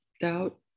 doubt